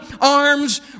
arm's